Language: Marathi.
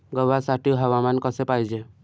गव्हासाठी हवामान कसे पाहिजे?